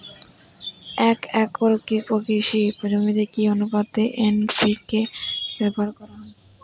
এক একর কৃষি জমিতে কি আনুপাতে এন.পি.কে ব্যবহার করা হয়?